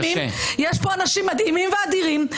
יש פה אנשים מדהימים ואדירים,